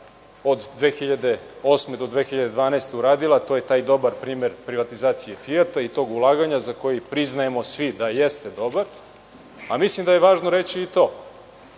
od 2008. do 2012. godine uradila, a to je taj dobar primer privatizacije „Fijata“ i tog ulaganja za koji priznajemo svi da jeste dobar. Mislim da je važno reći i to